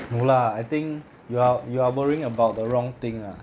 no lah I think you are you are worrying about the wrong thing lah